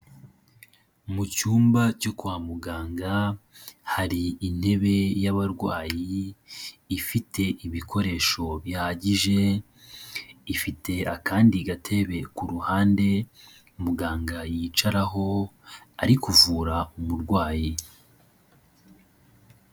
Mu cyumba cyo kwa muganga hari intebe y'abarwayi ifite ibikoresho bihagije, ifite akandi gatebe ku ruhande muganga yicaraho, ari kuvura uburwayi.